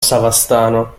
savastano